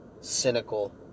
cynical